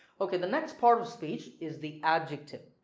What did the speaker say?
ok the next part of speech is the adjective.